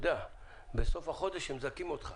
בסוף החודש מזכים אותך.